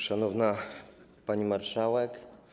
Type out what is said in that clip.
Szanowna Pani Marszałek!